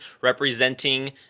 representing